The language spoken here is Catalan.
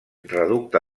reducte